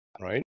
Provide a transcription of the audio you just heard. right